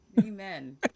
amen